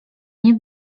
nie